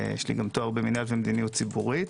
יש לי גם תואר במינהל ומדיניות ציבורית.